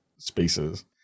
spaces